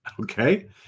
Okay